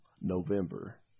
November